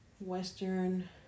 Western